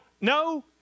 no